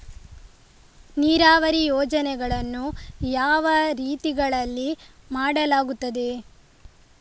ನೀರಾವರಿ ಯೋಜನೆಗಳನ್ನು ಯಾವ ರೀತಿಗಳಲ್ಲಿ ಮಾಡಲಾಗುತ್ತದೆ?